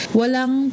walang